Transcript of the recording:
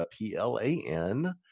P-L-A-N